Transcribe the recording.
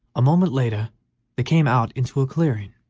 a moment later they came out into a clearing,